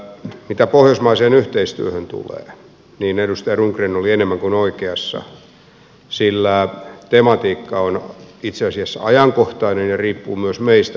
mitä pohjoismaiseen yhteistyöhön tulee niin edustaja rundgren oli enemmän kuin oikeassa sillä tematiikka on itse asiassa ajankohtainen ja riippuu myös meistä kuinka etenemme